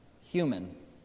human